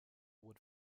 wood